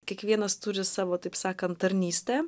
kiekvienas turi savo taip sakant tarnystę